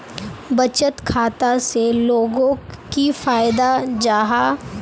बचत खाता से लोगोक की फायदा जाहा?